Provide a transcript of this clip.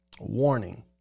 warning